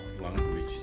language